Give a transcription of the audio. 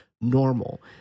normal